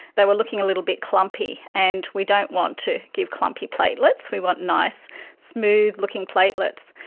they were looking a little bit clumpy, and we don't want to give clumpy platelets, we want nice smooth looking platelets.